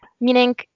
meaning